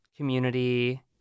Community